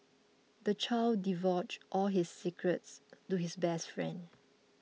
the child divulged all his secrets to his best friend